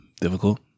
difficult